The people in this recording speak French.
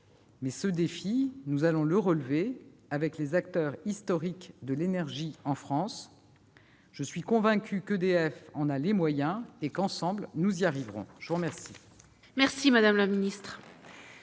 mais ce défi, nous allons le relever avec les acteurs historiques de l'énergie en France. Je suis convaincue qu'EDF en a les moyens et qu'ensemble nous y arriverons ! Nous allons maintenant